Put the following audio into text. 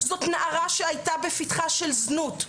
זאת נערה שהייתה בפתחה של זנות,